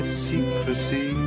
secrecy